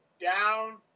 down